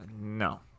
No